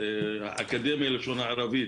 האקדמיה ללשון הערבית